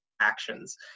actions